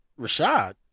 Rashad